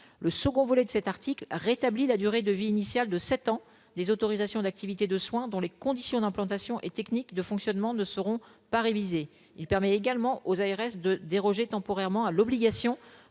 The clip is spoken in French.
le second volet de cet article rétabli la durée de vie initiale de 7 ans les autorisations d'activités de soins dont les conditions d'implantation et techniques de fonctionnement ne seront pas réviser, il permet également aux ARS de déroger temporairement à l'obligation